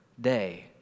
day